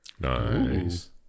Nice